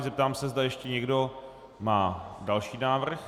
Zeptám se, zda ještě někdo má další návrh.